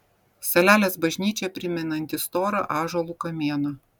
salelės bažnyčia primenanti storą ąžuolo kamieną